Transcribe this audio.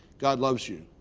god loves you.